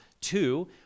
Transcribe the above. Two